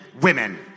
Women